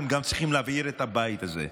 אתם צריכים להבעיר גם את הבית הזה.